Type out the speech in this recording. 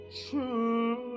true